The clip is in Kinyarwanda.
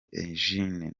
eugene